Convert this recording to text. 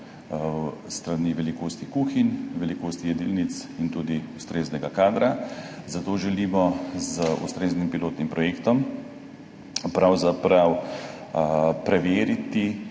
s strani velikosti kuhinj, velikosti jedilnic in tudi ustreznega kadra, zato želimo z ustreznim pilotnim projektom pravzaprav preveriti,